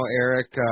Eric